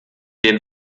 den